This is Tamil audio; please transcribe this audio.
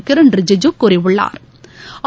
கிரண் ரிஜுஜூ கூறியுள்ளாா்